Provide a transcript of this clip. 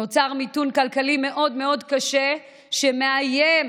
נוצר מיתון כלכלי מאוד מאוד קשה, שמאיים